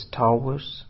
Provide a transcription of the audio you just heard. towers